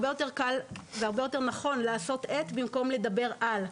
הרבה יותר קל ונכון לעשות את במקום לדבר על,